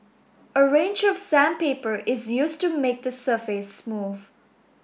a range of sandpaper is used to make the surface smooth